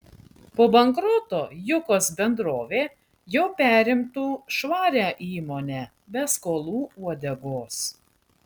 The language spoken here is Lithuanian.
po bankroto jukos bendrovė jau perimtų švarią įmonę be skolų uodegos